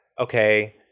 okay